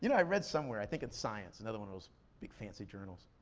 you know i read somewhere, i think it's science, another one of those big fancy journals,